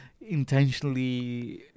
intentionally